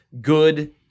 good